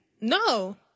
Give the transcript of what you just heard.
No